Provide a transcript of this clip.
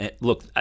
Look